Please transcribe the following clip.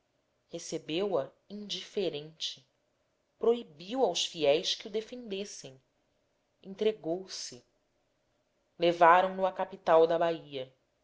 mínimo recebeu-a indiferente proibiu aos fiéis que o defendessem entregou-se levaram-no à capital da bahia